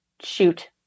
shoot